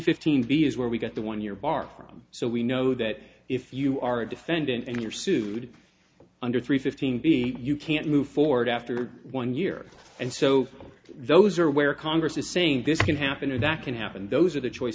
fifteen b is where we got the one you're barred from so we know that if you are a defendant and you're sued under three fifteen b you can't move forward after one year and so those are where congress is saying this can happen or that can happen those are the choice